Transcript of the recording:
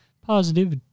positive